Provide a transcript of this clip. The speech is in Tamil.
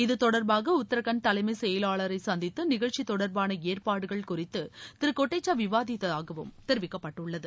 இது தொடர்பாக உத்ராகண்ட் தலைமைச் செயலாளரை சந்தித்து நிகழ்ச்சி தொடர்பான ஏற்பாடுகள் குறித்து திரு கொட்டேச்சா விவாதித்ததாகவும் தெரிவிக்கப்பட்டுள்ளது